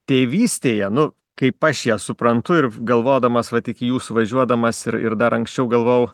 tėvystėje nu kaip aš ją suprantu ir galvodamas vat iki jūsų važiuodamas ir ir dar anksčiau galvojau